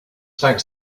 thanks